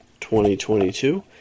2022